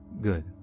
Good